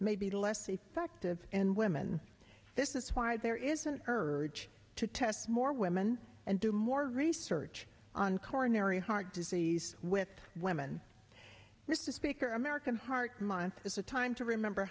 may be less effective in women this is why there is an urge to test more women and do more research on coronary heart disease with women mr speaker american heart month is a time to remember